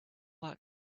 that